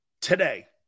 today